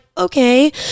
Okay